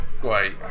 Great